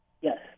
yes